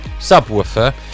Subwoofer